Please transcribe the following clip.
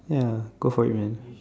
ya go for it man